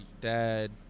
dad